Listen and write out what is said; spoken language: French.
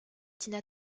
tina